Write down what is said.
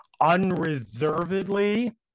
unreservedly